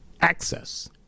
access